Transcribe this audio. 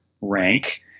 Rank